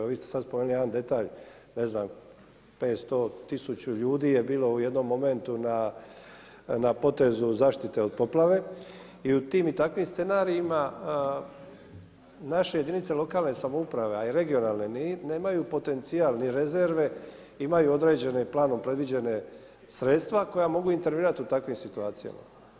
Evo vi ste sada spomenuli jedan detalj, ne znam 500, 1000 ljudi je bilo u jednom momentu na potezu zaštite od poplave i u tim i takvim scenarijima naše jedinice lokalne samouprave a i regionalne nemaju potencijal ni rezerve, imaju određene planom predviđena sredstva koja mogu intervenirati u takvim situacijama.